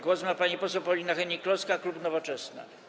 Głos ma pani poseł Paulina Hennig-Kloska, klub Nowoczesna.